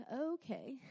okay